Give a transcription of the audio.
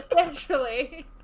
Essentially